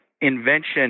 invention